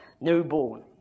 newborn